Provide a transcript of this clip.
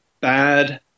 Bad